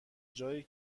جایی